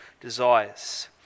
desires